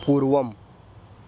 पूर्वम्